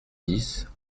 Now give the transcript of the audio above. dix